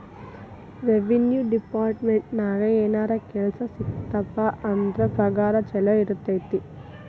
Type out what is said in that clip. revenue ಡೆಪಾರ್ಟ್ಮೆಂಟ್ನ್ಯಾಗ ಏನರ ಕೆಲ್ಸ ಸಿಕ್ತಪ ಅಂದ್ರ ಪಗಾರ ಚೊಲೋ ಇರತೈತಿ